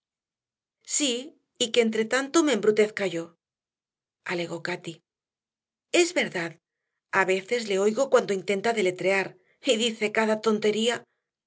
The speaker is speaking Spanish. sí y que entretanto me embrutezca yo alegó cati es verdad a veces le oigo cuando intenta deletrear y dice cada tontería